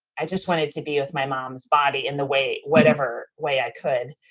i just wanted to be with my mom's body in the way whatever way i could,